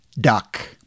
duck